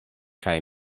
kaj